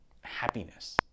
happiness